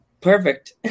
Perfect